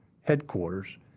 headquarters